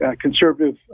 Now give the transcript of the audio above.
conservative